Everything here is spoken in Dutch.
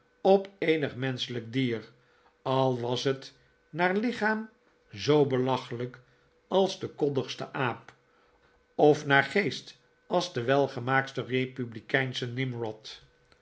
op eenig menschelijk dier al was het naar het lichaam zoo belachelijk als de koddigste aap of naar den geest als de welemaaktste republikeinsche nimrod